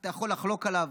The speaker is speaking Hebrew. אתה יכול לחלוק עליו.